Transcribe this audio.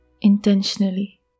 intentionally